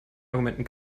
argumenten